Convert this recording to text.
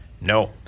No